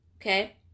okay